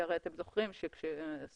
כי הרי אתם זוכרים שכאשר סוגרים,